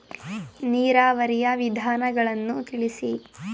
ನೀರಾವರಿಯ ವಿಧಾನಗಳನ್ನು ತಿಳಿಸಿ?